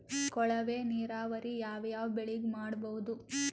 ಕೊಳವೆ ನೀರಾವರಿ ಯಾವ್ ಯಾವ್ ಬೆಳಿಗ ಮಾಡಬಹುದು?